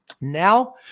Now